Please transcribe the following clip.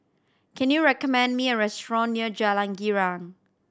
can you recommend me a restaurant near Jalan Girang